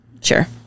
Sure